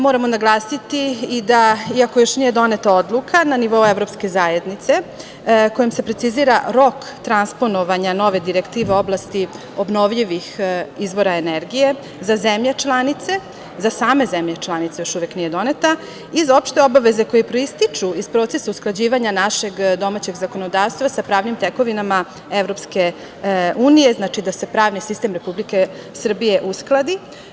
Moramo naglasiti i da, iako još nije doneta odluka na nivou evropske zajednice kojim se precizira rok transponovanja nove direktive oblasti obnovljivih izvora energije za zemlje članice, za same zemlje članice još uvek nije doneta iz opšte obaveze koje proističu iz procesa usklađivanja našeg domaćeg zakonodavstva sa pravnim tekovinama EU, znači da se pravni sistem Republike Srbije uskladi.